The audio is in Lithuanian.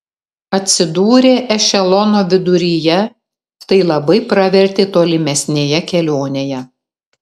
atsidūrė ešelono viduryje tai labai pravertė tolimesnėje kelionėje